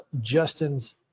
Justin's